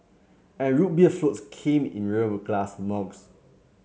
and Root Beer floats came in real glass mugs